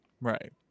right